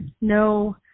no